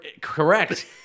correct